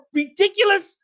ridiculous